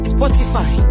Spotify